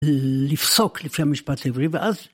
לפסוק לפי המשפט העברי ואז.